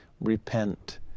Repent